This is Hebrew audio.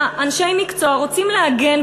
אנשי מקצוע רוצים להגן,